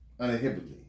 uninhibitedly